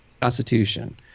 Constitution